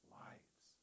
lives